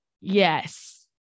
Yes